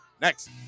Next